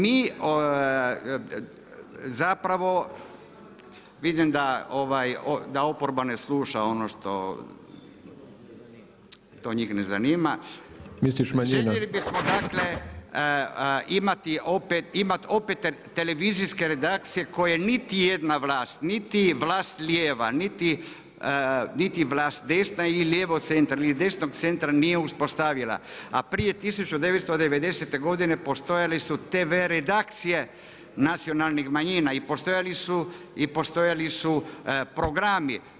Mi zapravo, vidim da oporba ne sluša ono što, to njih ne zanima [[Upadica Pupovac: Misliš manjina?]] Željeli bismo dakle imati opet televizijske redakcije koje niti jedna vlast, niti vlast lijeva, niti vlast desna i lijevo centar ili desnog centra nije uspostavila, a prije 1990. godine. postojale su tv redakcije nacionalnih manjina i postojali su programi.